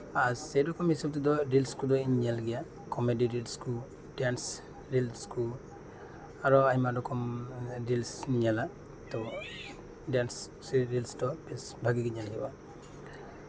ᱟᱨ ᱥᱮᱨᱚᱠᱚᱢ ᱦᱤᱥᱟᱹᱵ ᱛᱮᱫᱚ ᱨᱤᱞᱥ ᱠᱩᱧ ᱧᱮᱞ ᱜᱮᱭᱟ ᱠᱚᱢᱮᱰᱤ ᱨᱤᱞᱥ ᱠᱚ ᱰᱮᱱᱥ ᱨᱤᱞᱥ ᱠᱚ ᱟᱨᱦᱚᱸ ᱟᱭᱢᱟ ᱞᱮᱠᱟᱱᱟᱜ ᱨᱤᱞᱥ ᱤᱧ ᱧᱮᱞᱟ ᱛᱚ ᱰᱮᱱᱥ ᱨᱤᱞᱥ ᱫᱚ ᱵᱮᱥ ᱵᱷᱟᱜᱮ ᱜᱮ ᱧᱮᱞ ᱦᱩᱭᱩᱜᱼᱟ